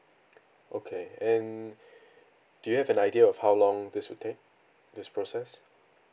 okay and do you have an idea of how long this would take this process